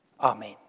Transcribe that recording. Amen